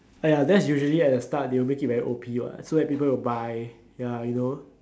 ah ya that's usually at the start they will make it very O_P what so that people will buy ya you know